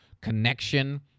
connection